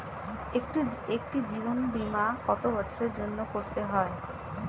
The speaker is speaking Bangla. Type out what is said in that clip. একটি জীবন বীমা কত বছরের জন্য করতে হয়?